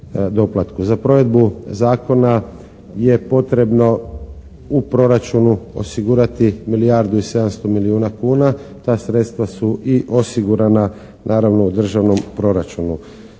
Za provedbu zakona je potrebno u proračunu osigurati milijardu i 700 milijuna kuna. Ta sredstva su i osigurana naravno u državnom proračunu.